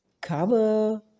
cover